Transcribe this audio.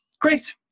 great